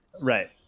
Right